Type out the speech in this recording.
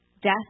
Death